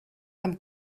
amb